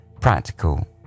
practical